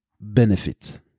Benefit